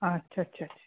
আচ্ছা আচ্ছা আচ্ছা